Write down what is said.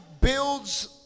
builds